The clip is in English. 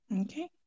Okay